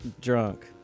drunk